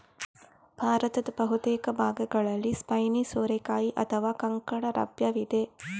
ಭಾರತದ ಬಹುತೇಕ ಭಾಗಗಳಲ್ಲಿ ಸ್ಪೈನಿ ಸೋರೆಕಾಯಿ ಅಥವಾ ಕಂಕಡ ಲಭ್ಯವಿದೆ